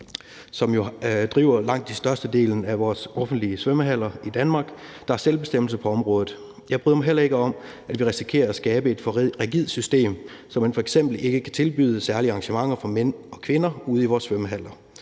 som jo driver langt størstedelen af vores offentlige svømmehaller i Danmark, deres selvbestemmelse på området. Jeg bryder mig heller ikke om, at vi risikerer at skabe et for rigidt system, så man f.eks. ikke kan tilbyde særlige arrangementer for mænd og kvinder ude i vores svømmehaller.